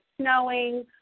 snowing